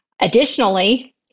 Additionally